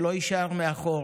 שלא יישאר מאחור.